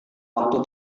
waktu